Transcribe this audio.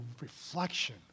reflection